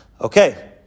Okay